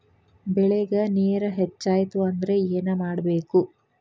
ಬೆಳೇಗ್ ನೇರ ಹೆಚ್ಚಾಯ್ತು ಅಂದ್ರೆ ಏನು ಮಾಡಬೇಕು?